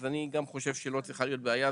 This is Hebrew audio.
אז אני גם חושב שלא צריכה להיות בעיה,